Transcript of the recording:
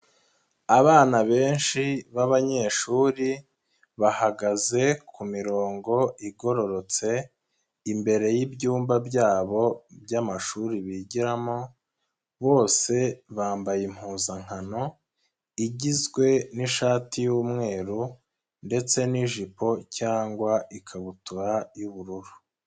Abana benshi b'abanyeshuri bahagaze ku mirongo igororotse imbere y'ibyumba byabo by'amashuri bigiramo bose bambaye impuzankano igizwe n'ishati y'umweru ndetse n'ijipo cyangwa ikabutura y'ubururu.